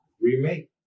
remake